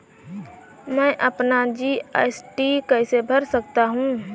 मैं अपना जी.एस.टी कैसे भर सकता हूँ?